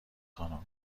خانوم